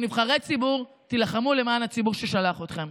אתם נבחרי ציבור, תילחמו למען הציבור ששלח אתכם.